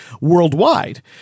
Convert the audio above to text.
worldwide